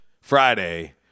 Friday